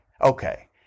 okay